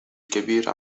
الكبير